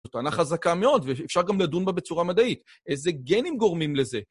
זו טענה חזקה מאוד, ואפשר גם לדון בה בצורה מדעית. איזה גנים גורמים לזה?